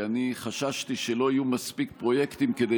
כי אני חששתי שלא יהיו מספיק פרויקטים כדי